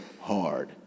hard